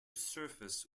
surface